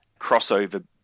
crossover